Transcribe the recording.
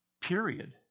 Period